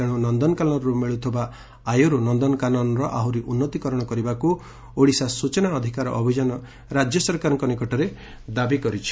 ତେଶୁ ନନନକାନନରୁ ମିଳୁଥିବା ଆୟରୁ ନନ୍ଦନକାନନର ଆହୁରି ଉନ୍ନତିକରଣ କରିବାକୁ ଓଡ଼ିଶା ସୂଚନା ଅଧିକାର ଅଭିଯାନ ରାଜ୍ୟ ସରକାରଙ୍କ ନିକଟରେ ଦାବି କରିଛି